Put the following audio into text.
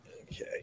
Okay